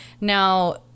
Now